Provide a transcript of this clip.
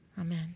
Amen